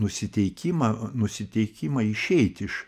nusiteikimą nusiteikimą išeit iš